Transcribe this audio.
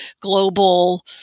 global